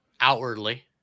outwardly